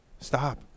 Stop